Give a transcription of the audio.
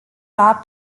lua